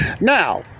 Now